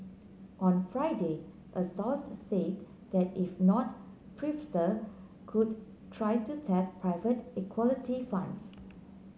on Friday a source said that if not could try to tap private equality funds